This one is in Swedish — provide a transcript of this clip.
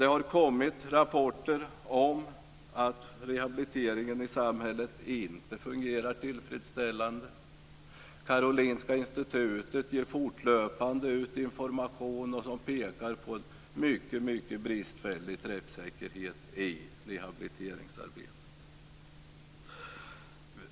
Det har kommit rapporter om att rehabiliteringen i samhället inte fungerar tillfredsställande. Karolinska institutet ger fortlöpande ut information som pekar på en mycket bristfällig träffsäkerhet i rehabiliteringsarbetet.